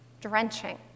drenching